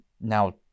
now